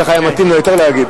כך היה מתאים לו יותר להגיד.